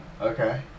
Okay